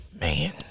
Man